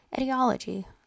Etiology